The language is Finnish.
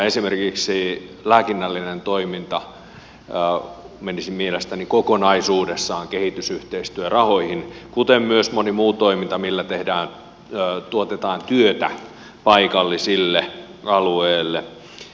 esimerkiksi lääkinnällinen toiminta menisi mielestäni kokonaisuudessaan kehitysyhteistyörahoihin kuten myös moni muu toiminta millä tuotetaan työtä paikallisille alueelle